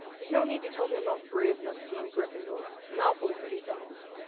there's no need to tell me i'm not brave enough to be in gryffindor, malfoy's already done that.